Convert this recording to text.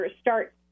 start